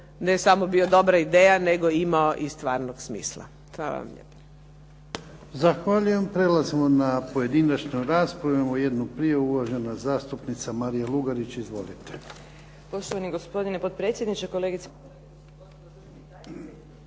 ne samo bio dobra ideja, nego imao i stvarnog smisla.